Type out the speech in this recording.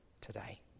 today